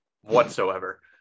whatsoever